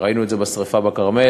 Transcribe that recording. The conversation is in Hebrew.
ראינו את זה בשרפה בכרמל,